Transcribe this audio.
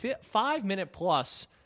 five-minute-plus